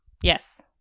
Yes